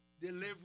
delivery